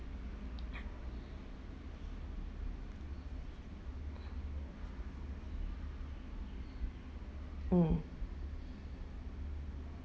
mm